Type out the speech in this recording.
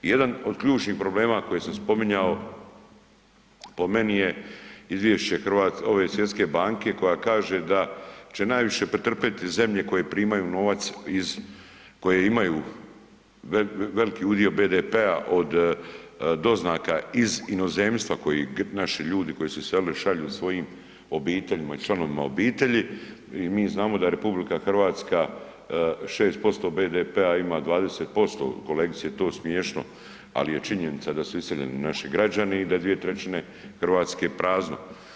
Jedan od ključnih problema koji se spominjao, po meni je izvješće Svjetske banke koja kaže da će najviše pretrpjeti zemlje koje primaju novac iz, koje imaju veliki udio BDP-a od doznaka iz inozemstva koji naši ljudi koji su se iselili, šalju svojim obiteljima i članovima obitelji i mi znamo da je RH 6% BDP-a ima 20%, kolegici je to smiješno ali je činjenica da su iseljeni naši građani i da je 2/3 Hrvatske prazno.